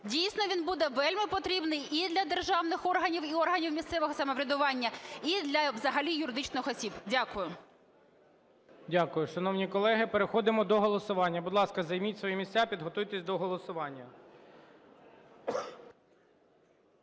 Дійсно, він буде вельмипотрібний і для державних органів, і органів місцевого самоврядування, і взагалі для юридичних осіб. Дякую. ГОЛОВУЮЧИЙ. Дякую. Шановні колеги, переходимо до голосування. Будь ласка, займіть свої місця, підготуйтесь до голосування.